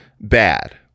bad